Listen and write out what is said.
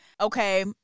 okay